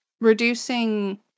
reducing